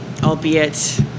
Albeit